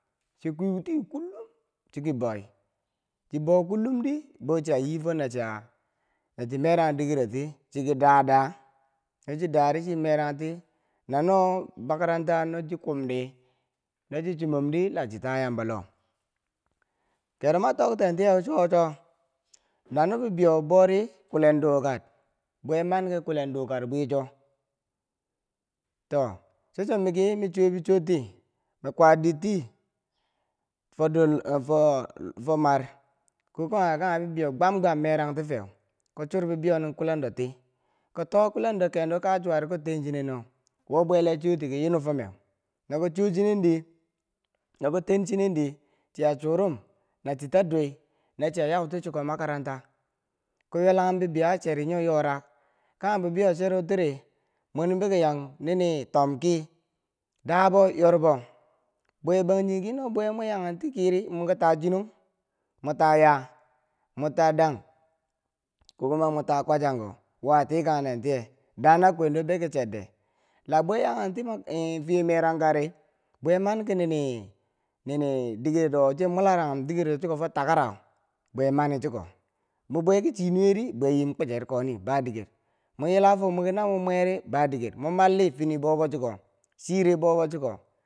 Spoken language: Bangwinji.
chi kwiu tii kullum, chiki boi. chi bou kullum di, bo chia yii fo na chia na chi marang dikero tii, chiki da da no chi daa ri chii marang ti nano makaranta no chii kum di, no chii chumom di, la chi ta yambo loh. kero ma tokten tiyeu cho wo cho nano bi beiyo bou ri, kwilen dukar, bwe man ki kwilen duukar bwicho to, cho cho miki mi chuwo bi chor ti, ma kwa diir ti fo mar ko kuwa kanghe bibeiyo gwam gwam merangti feu, ko chur bibeiyonin kwilen do tii ko too kwilendo kendo kachuwa ri ko ten chinen no wo bwe lee cho ti kii uniformmeu. no ko ten chinen di chia churum na chita dui na chiya yau ti chiko makaranta. Ko ywelanghum bibeiyo a cheri nyo yora, kanghem bibeiyo cheru tiri mwini biki yang ni ni tom kii, daabo, yorbo. Bwebangjinghe ki no bwe mwe yaken ti kii ri, mwiki ta chinong, mwa taa yhaa, mwa taa dang, kokuma mwa taa kwachangko wo a tikang nen tiye. Daa na kwendo biki cherde la bwe yakenti fiye merangkari bwe man ki nini, nini dikerowo cha mularanghum dikero ti chuko foh takarau bwe mani chuko no bwe ki chii nuwe ri, bwe yim kwicher koni ba dingher, mwa yila foh mwiki na mo mweri ba diker mo malli fini boubo chuko, chiire boubo chuko.